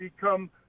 become